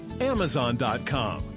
Amazon.com